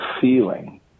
feeling